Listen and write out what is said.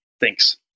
Thanks